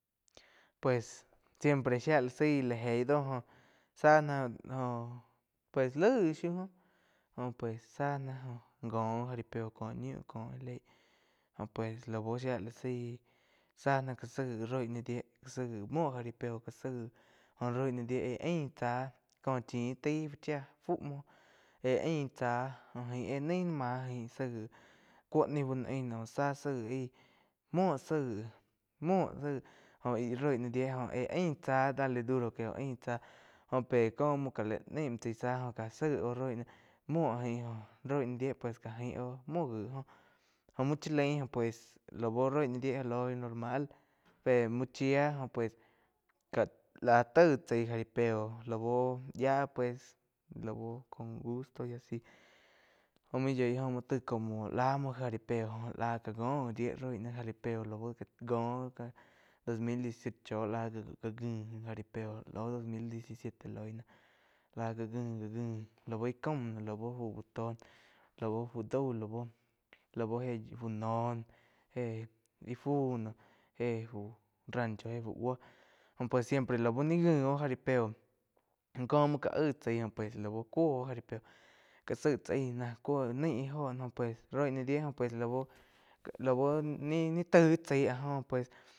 Pues siempre shía la zaí lá jei do joh záh ná joh pues laig shíu joh jo pues záh ngo jaripeo cóh ñiu cóh já leig jo pues lau shía la zaí záh náh gá saig roi náh dié gá zaig muo jaripeo gá zaig jó rói ná dié éh ain tzá kó chin taí fu chía fu muo éh ain tza. Jo aín éh nain náh máh jaín zaig cúo ni bá no ain naum záh saig aí muo zaig, muo zaig jóh íh roi ná dié jóh én ain tsá gá dale duro que óh ain tzá jó é cóh múo gá la naig muo chai záh jo gá zaig óh roi náh muo gain roi ná die gi gá gain óh muo ná oh jo muo chá lain pues la bu roi na dié loi normal pe muo chía pues ka taig chai jaripeo la bú yía pues lau con gusto y asi jó muo yoig óh muo taig como lá muo jaripeo óh lá já ngo die roi náh jaripeo ngo dos mil dieciocho láh ngi jaripeo au dos mil diecisiete loi nah lá gá ngi gá ngi lau íh caum lau úh tó lau fu dau lau lau éh fu noh éh íh fu noh éh fu rancho éh fu búo jo pues siempre lau ni ngi oh jaripeo cóh múo gá aig tsai pues lau cúo óh jaripeo gá zaig chá aig ná cúo naih óho óh pues roi náh die óho pues lau uh, lau uh ni-ni taig chái áh jo pues.